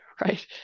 Right